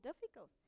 difficult